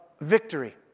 victory